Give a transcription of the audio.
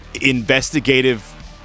investigative